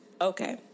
Okay